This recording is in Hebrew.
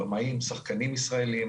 עם במאים ושחקנים ישראלים,